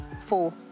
Four